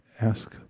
ask